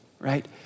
right